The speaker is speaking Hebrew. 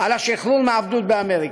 על השחרור מעבדות באמריקה.